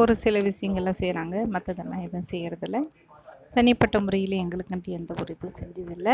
ஒருசில விஷயங்களெலாம் செய்கிறாங்க மற்றதெல்லாம் எதுவும் செய்கிறதில்ல தனிப்பட்ட முறையில் எங்களுக்காண்டி எந்தவொரு இதுவும் செஞ்சதில்ல